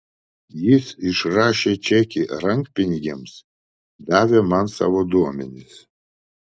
jis išrašė čekį rankpinigiams davė man savo duomenis